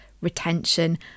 retention